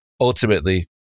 ultimately